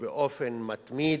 באופן מתמיד,